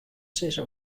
sizze